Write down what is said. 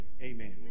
Amen